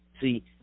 See